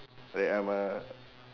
like I'm a